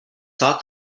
sought